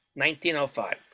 1905